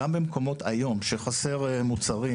במקומות שחסר בהם מוצרים